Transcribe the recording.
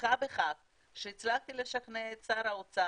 שמחה שהצלחתי לשכנע את שר האוצר